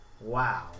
Wow